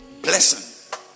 blessing